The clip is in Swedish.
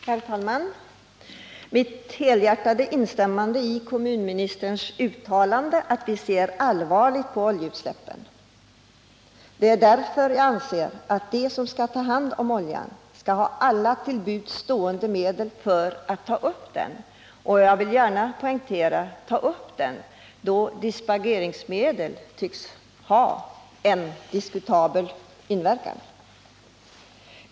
Herr talman! Jag vill helhjärtat instämma i kommunministerns uttalande att man bör se allvarligt på frågan om oljeutsläppen, och mot den bakgrunden anser jag att de som skall ta hand om oljan skall ha alla till buds stående medel för att ta upp den — jag vill gärna poängtera att det är viktigt att ta upp den, då dispergeringsmedel tycks ha en diskutabel inverkan.